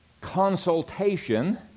consultation